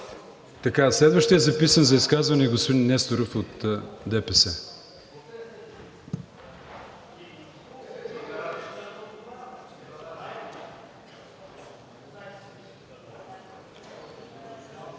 Следващият записан за изказване е господин Несторов от ДПС.